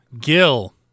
Gil